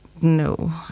no